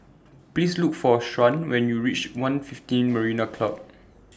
Please Look For Sharyn when YOU REACH one fifteen Marina Club